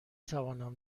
توانم